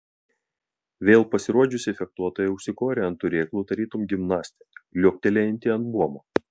vėl pasirodžiusi fechtuotoja užsikorė ant turėklų tarytum gimnastė liuoktelėjanti ant buomo